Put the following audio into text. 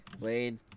Blade